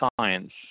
science